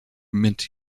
mint